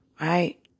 Right